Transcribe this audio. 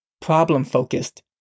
problem-focused